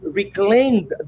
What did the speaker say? reclaimed